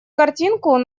картинку